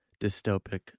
dystopic